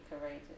courageous